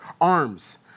arms